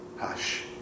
Hush